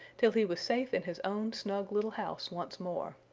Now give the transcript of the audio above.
till he was safe in his own snug little house once more.